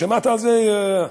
שמעת על זה,